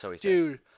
Dude